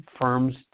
firms